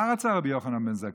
מה רצה רבי יוחנן בן זכאי?